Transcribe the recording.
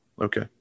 Okay